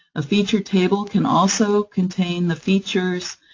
a feature table can also contain the features,